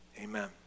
Amen